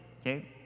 Okay